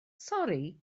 sori